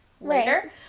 later